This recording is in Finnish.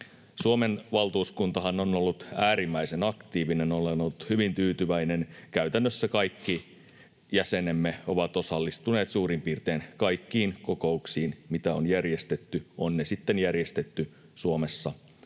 Suomen valtuuskuntahan on ollut äärimmäisen aktiivinen. Olen ollut hyvin tyytyväinen. Käytännössä kaikki jäsenemme ovat osallistuneet suurin piirtein kaikkiin kokouksiin, mitä on järjestetty, on ne järjestetty sitten